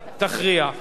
תודה רבה.